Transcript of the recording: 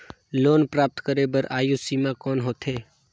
Loan प्राप्त करे बर आयु सीमा कौन होथे?